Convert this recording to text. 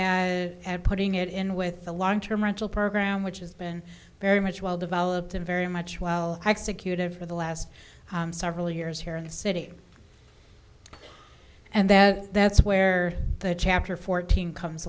at putting it in with the long term rental program which has been very much well developed and very much well executed for the last several years here in the city and that's where the chapter fourteen comes